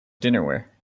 dinnerware